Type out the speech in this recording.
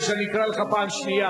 שאני אקרא אותך פעם שנייה?